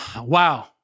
wow